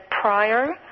prior